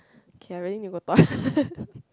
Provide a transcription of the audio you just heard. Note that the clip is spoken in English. okay I really need to go toilet